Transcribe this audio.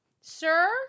sir